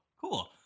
cool